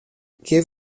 hjir